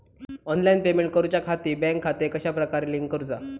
Online payment करुच्याखाती bank खाते कश्या प्रकारे लिंक करुचा?